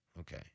Okay